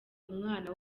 umwana